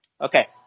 Okay